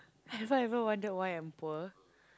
have I ever wondered why I'm poor